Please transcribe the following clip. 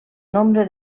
nombre